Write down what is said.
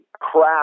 crap